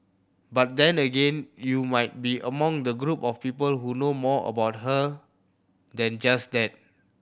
but then again you might be among the group of people who know more about her than just that